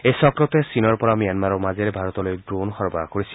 এই চক্ৰটোৱে চীনৰ পৰা ম্যানমাৰৰ মাজেৰে ভাৰতলৈ ড্ৰোণ সৰবৰাহ কৰিছিল